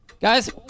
Guys